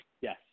Yes